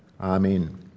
Amen